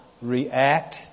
react